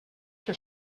que